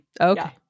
Okay